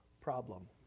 problem